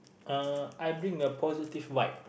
uh I bring a positive vibe